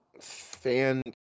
fan